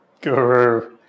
guru